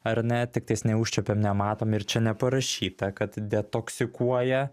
ar ne tiktais neužčiuopiam nematom ir čia neparašyta kad detoksikuoja